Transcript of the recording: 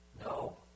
No